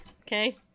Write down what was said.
Okay